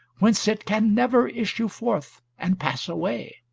whence it can never issue forth and pass away.